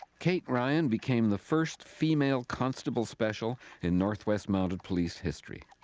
kate ryan became the first female constable special in north west mounted police history.